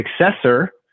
successor